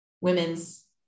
women's